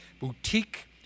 Boutique